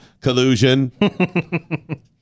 collusion